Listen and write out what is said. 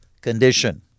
condition